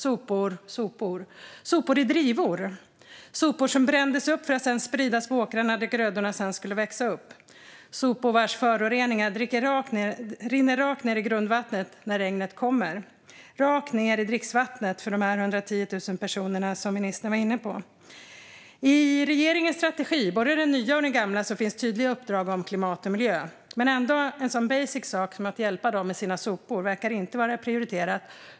Det var sopor i drivor, sopor som brändes upp för att spridas på åkrarna där grödorna sedan skulle växa och sopor vars föroreningar rinner rakt ned i grundvattnet när regnet kommer, rakt ned i dricksvattnet för de 110 000 personer som ministern var inne på. I regeringens strategi, både den nya och den gamla, finns tydliga uppdrag om klimat och miljö, men ändå verkar en sådan basic sak som att hjälpa dem med deras sopor inte vara prioriterad.